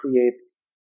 creates